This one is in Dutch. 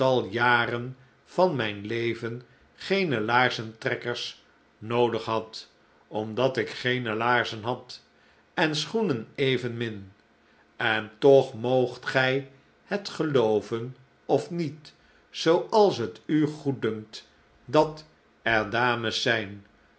jaren van mijn leven geene laarzentrekkers noodig had omdat ik geene laarzen had en schoenen evenmin en toch moogt gij het gelooyen of niet zooals het u goeddunkt dat er dames zijn